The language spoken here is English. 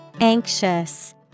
Anxious